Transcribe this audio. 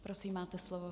Prosím, máte slovo.